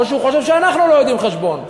או שהוא חושב שאנחנו לא יודעים חשבון.